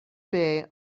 bay